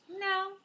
No